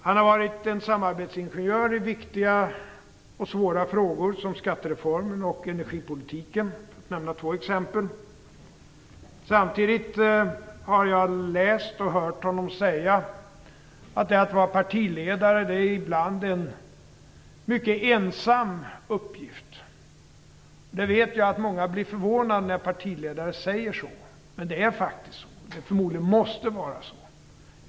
Han har varit en samarbetsingenjör i viktiga och svåra frågor som skattereformen och energipolitiken, för att nämna två exempel. Samtidigt har jag läst och hört honom säga att detta att vara partiledare ibland är en mycket ensam uppgift. Jag vet att många blir förvånade när partiledare säger detta. Men det är faktiskt så. Förmodligen måste det vara så.